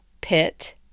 pit